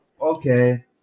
Okay